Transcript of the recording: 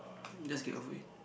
just get over it